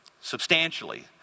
substantially